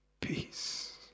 peace